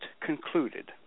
concluded